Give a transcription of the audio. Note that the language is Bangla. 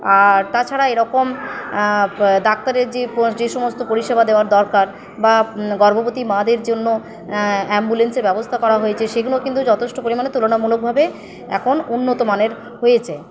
আর তাছাড়া এরকম ডাক্তারের যে যে সমস্ত পরিষেবা দেওয়ার দরকার বা গর্ভবতী মাদের জন্য অ্যাম্বুলেন্সের ব্যবস্থা করা হয়েছে সেগুলো কিন্তু যথেষ্ট পরিমাণে তুলনামূলকভাবে এখন উন্নতমানের হয়েছে